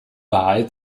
wahl